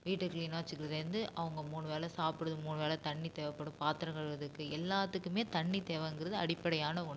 வீட்டை க்ளீனாக வச்சுக்கிறதுலேருந்து அவங்க மூணு வேளை சாப்பிட்றது மூணு வேளை தண்ணி தேவைப்படும் பாத்திரம் கழுவுகிறதுக்கு எல்லாத்துக்குமே தண்ணி தேவைங்கிறது அடிப்படையான ஒன்று